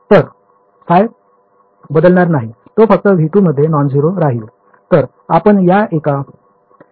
तर χ बदलणार नाही तो फक्त V2 मध्ये नॉन झेरो राहील